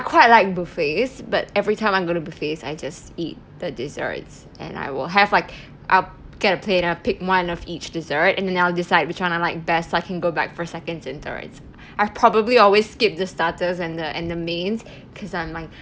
I quite like buffets but everytime I go to buffets I just eat the desserts and I will have like I'll get a plate I pick one of each dessert and then I'll decide which one I like best so I can go back for seconds and thirds I probably always skip the starters and the and the mains because I'm like